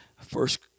First